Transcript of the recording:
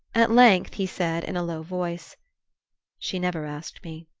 at length he said in a low voice she never asked me.